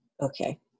Okay